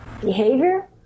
behavior